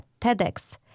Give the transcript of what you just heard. TEDx